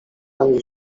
ani